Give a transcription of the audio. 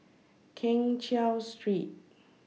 Keng Cheow Street